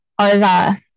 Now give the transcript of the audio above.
over